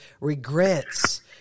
regrets